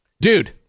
Dude